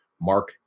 Mark